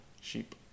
sheep